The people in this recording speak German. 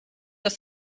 dass